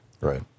Right